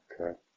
Okay